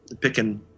picking